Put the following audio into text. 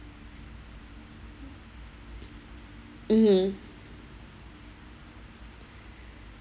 mm